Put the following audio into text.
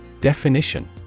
Definition